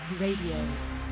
Radio